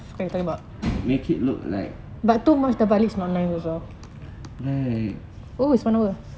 make it look like right